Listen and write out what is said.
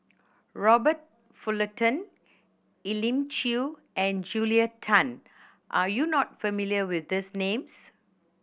Robert Fullerton Elim Chew and Julia Tan are you not familiar with these names